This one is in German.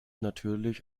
natürlich